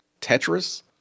Tetris